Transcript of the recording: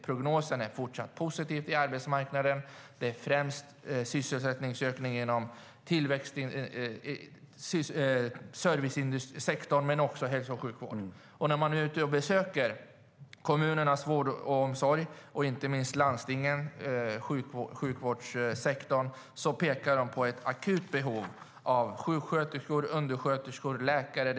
Prognosen är fortsatt positiv för arbetsmarknaden. Den största tillväxtökningen sker inom servicesektorn och också inom hälso och sjukvården. När man besöker kommunernas vård och omsorg och inte minst landstingens sjukvårdssektor pekar de på ett akut behov av sjuksköterskor, undersköterskor och läkare.